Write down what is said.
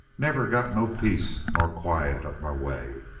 never got no peace nor quiet up my way.